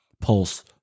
pulse